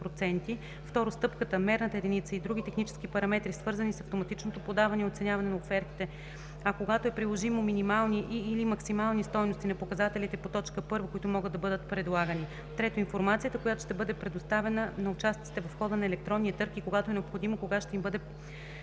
2. стъпката, мерната единица и други технически параметри, свързани с автоматичното подаване и оценяване на офертите, а когато е приложимо – минимални и/или максимални стойности на показателите по т. 1, които могат да бъдат предлагани; 3. информацията, която ще бъде предоставена на участниците в хода на електронния търг, и когато е необходимо – кога ще им бъде